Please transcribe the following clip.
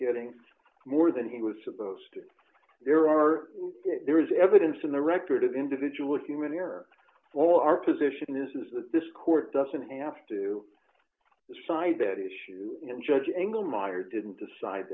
getting more than he was supposed there are there is evidence in the record of individual human error all our position is that this court doesn't have to decide that issue and judge angle mater didn't decide